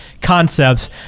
concepts